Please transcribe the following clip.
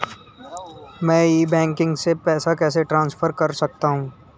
मैं e banking से पैसे कैसे ट्रांसफर कर सकता हूं?